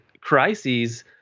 crises